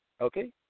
okay